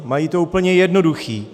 Mají to úplně jednoduché.